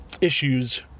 issues